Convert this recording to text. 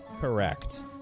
Correct